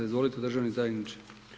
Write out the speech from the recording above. Izvolite državni tajniče.